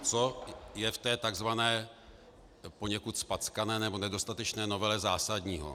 Co je v takzvané poněkud zpackané nebo nedostatečné novele zásadní?